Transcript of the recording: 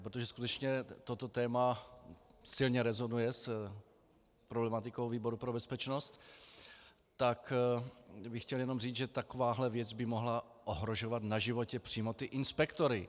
Protože ale skutečně toto téma silně rezonuje s problematikou výboru pro bezpečnost, tak bych chtěl jenom říct, že takováhle věc by mohla ohrožovat na životě přímo ty inspektory.